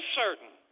certain